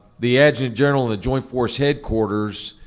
the adjutant general of the joint force headquarters,